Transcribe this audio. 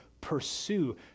pursue